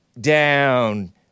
down